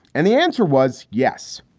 and the answer was yes.